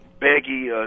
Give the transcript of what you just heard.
baggy